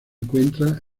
encuentra